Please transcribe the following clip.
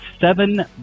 seven